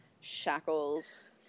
shackles